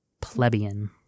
plebeian